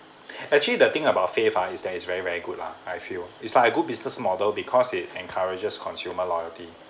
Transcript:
actually the thing about fave ah is that it's very very good lah I feel it's like a good business model because it encourages consumer loyalty